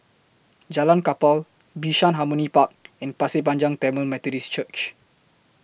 Jalan Kapal Bishan Harmony Park and Pasir Panjang Tamil Methodist Church